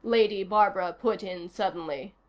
lady barbara put in suddenly.